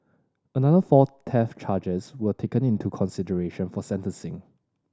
another four theft charges were taken into consideration for sentencing